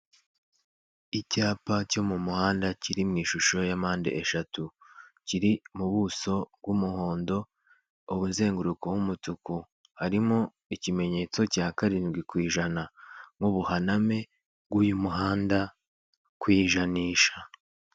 Icyapa cyo mu muhanda kiri mu ishusho ya mpande eshatu kiri mu buso bw'umuhondo, umuzenguruko w'umutuku harimo ikimenyetso cya karindwi ku ijana nk'ubuhaname bw'uyu muhanda ku ijanisha.